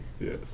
Yes